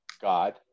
God